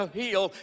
heal